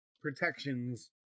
protections